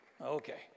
Okay